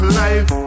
life